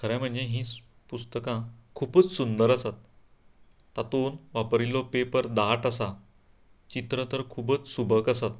खरें म्हणजें ही पुस्तकां खुबूच सुंदर आसात तातूंत वापरील्लो पेपर दाट आसा चित्र तर खुबूच सुबक आसा